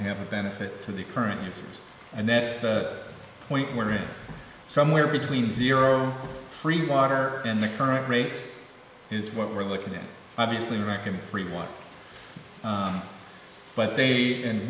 have a benefit to the current users and that point where it's somewhere between zero three water and the current rate is what we're looking at obviously reckon three one but they and